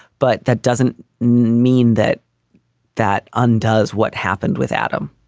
but that doesn't mean that that undoes what happened with adam.